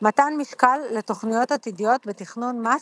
מתן משקל לתוכניות עתידיות – בתכנון מס